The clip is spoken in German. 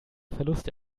verluste